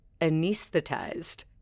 anesthetized